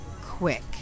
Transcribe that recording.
quick